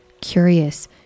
curious